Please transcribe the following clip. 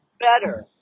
better